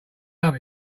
love